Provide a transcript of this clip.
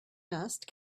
dust